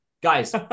Guys